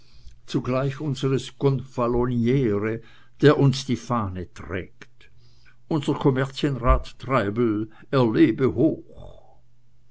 zugleich unseres gonfaloniere der uns die fahne trägt unser kommerzienrat treibel er lebe hoch